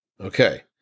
Okay